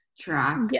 track